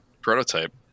prototype